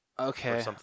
Okay